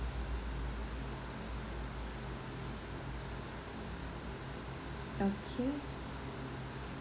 okay